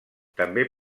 també